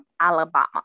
Alabama